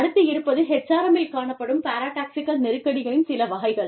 அடுத்து இருப்பது HRM இல் காணப்படும் பாராடாக்ஸிகல் நெருக்கடிகளின் சில வகைகள்